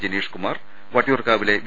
ജ നീഷ് കുമാർ വട്ടിയൂർകാവിലെ വി